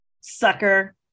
sucker